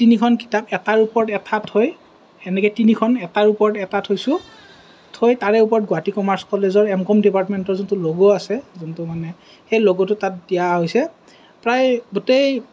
তিনিখন কিতাপ এটাৰ ওপৰত এটা থৈ এনেকৈ তিনিখন এটাৰ ওপৰত এটা থৈছোঁ থৈ তাৰে ওপৰত গুৱাহাটী কমাৰ্চ কলেজৰ এম কম ডিপাৰ্টমেন্টৰ যোনটো লগ' আছে যোনটো মানে সেই লগ'টো তাত দিয়া হৈছে প্ৰায় গোটেই